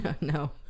no